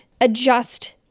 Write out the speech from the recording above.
adjust